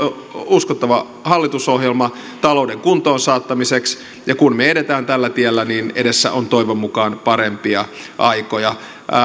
uskottava hallitusohjelma talouden kuntoon saattamiseksi ja kun me etenemme tällä tiellä edessä on toivon mukaan parempia aikoja